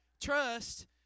Trust